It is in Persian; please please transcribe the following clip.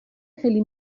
خیلی